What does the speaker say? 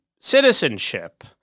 citizenship